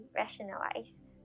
rationalized